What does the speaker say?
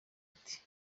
ati